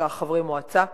חברי מועצה,